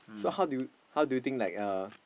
so how do you how do you think like uh